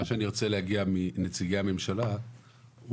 מה שאני רוצה להגיע מנציגי הממשלה ולהבין